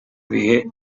bihe